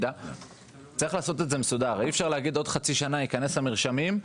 אי אפשר להגיד: "עוד חצי שנה ייכנסו המרשמים.